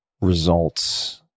results